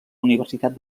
universitat